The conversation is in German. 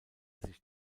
sich